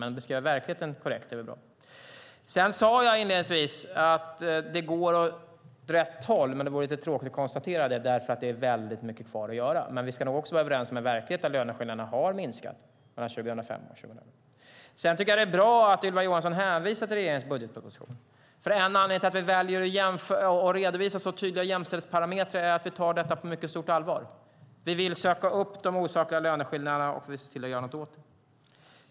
Men att beskriva verkligheten korrekt är väl bra. Jag sade inledningsvis att det går åt rätt håll, men att det vore lite tråkigt att konstatera det därför att det är väldigt mycket kvar att göra. Men vi ska nog också vara överens om en verklighet där löneskillnaderna har minskat mellan 2005 och 2012. Sedan tycker jag att det är bra att Ylva Johansson hänvisar till regeringens budgetproposition. En anledning till att vi väljer att redovisa så tydliga jämställdhetsparametrar är att vi tar detta på mycket stort allvar. Vi vill söka upp de osakliga löneskillnaderna och se till att göra något åt dem.